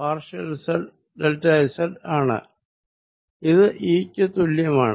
partial z delta z ആണ് ഇത് E ക്ക് തുല്യമാണ്